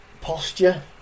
posture